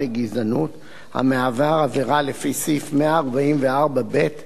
המהווה עבירה לפי סעיף 144ב לחוק העונשין,